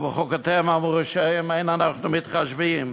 ובחוקותיהם המרושעים אין אנחנו מתחשבים,